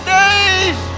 days